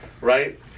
right